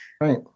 Right